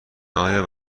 آیا